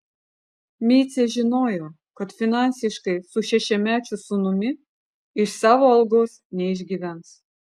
micė žinojo kad finansiškai su šešiamečiu sūnumi iš savo algos neišgyvens